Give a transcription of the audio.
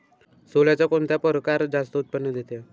सोल्याचा कोनता परकार जास्त उत्पन्न देते?